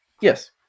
Yes